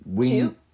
Two